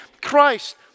Christ